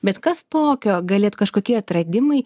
bet kas tokio galėt kažkokie atradimai